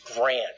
grand